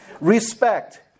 Respect